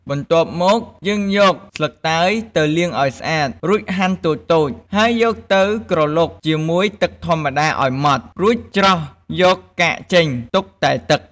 បន្ទាប់មក យើងយកស្លឹកតើយទៅលាងឱ្យស្អាត រួចហាន់តូចៗ ហើយយកទៅក្រឡុកជាមួយទឹកធម្មតាឱ្យម៉ដ្ឋ រួចច្រោះយកកាកចេញ ទុកតែទឹក។